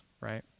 right